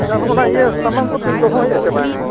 ᱟᱪᱪᱷᱟ ᱱᱚᱜᱼᱚᱸᱭ ᱚᱱᱟ ᱤᱭᱟᱹ ᱥᱟᱢᱟᱱ ᱠᱚᱫᱚ ᱵᱤᱱ ᱫᱚᱦᱚᱭᱮᱜᱼᱟ ᱪᱮ ᱵᱟᱝᱟ